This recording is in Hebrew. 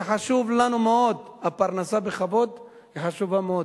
זה חשוב לנו מאוד, הפרנסה בכבוד היא חשובה מאוד.